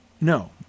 no